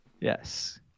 Yes